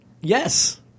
Yes